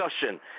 discussion